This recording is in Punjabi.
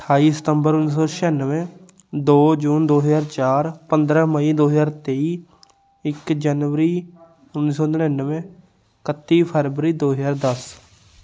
ਅਠਾਈ ਸਤੰਬਰ ਉੱਨੀ ਸੌ ਛਿਆਨਵੇਂ ਦੋ ਜੂਨ ਦੋ ਹਜ਼ਾਰ ਚਾਰ ਪੰਦਰਾਂ ਮਈ ਦੋ ਹਜ਼ਾਰ ਤੇਈ ਇੱਕ ਜਨਵਰੀ ਉੱਨੀ ਸੌ ਨੜਿਨਵੇਂ ਇਕੱਤੀ ਫਰਵਰੀ ਦੋ ਹਜ਼ਾਰ ਦਸ